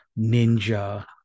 ninja